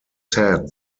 said